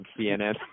CNN